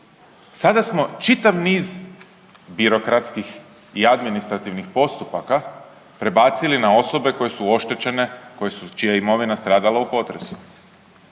Sada smo čitav niz birokratskih i administrativnih postupaka prebacili na osobe koje su oštećene, čija je imovina stradala u potresu.